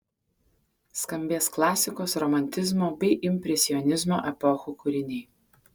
skambės klasikos romantizmo bei impresionizmo epochų kūriniai